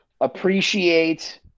Appreciate